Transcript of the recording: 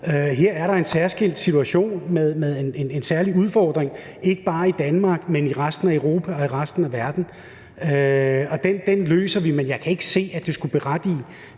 Her er der en særskilt situation med en særlig udfordring, ikke bare i Danmark, men i resten af Europa og i resten af verden. Den løser vi, men jeg kan ikke se, at det skulle berettige,